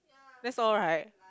that's all right